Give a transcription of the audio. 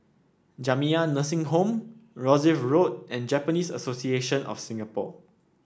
Jamiyah Nursing Home Rosyth Road and Japanese Association of Singapore